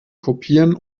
kopieren